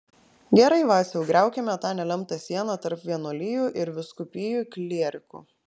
gerai vaciau griaukime tą nelemtą sieną tarp vienuolijų ir vyskupijų klierikų